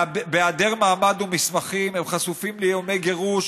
בהיעדר מעמד ומסמכים הם חשופים לאיומי גירוש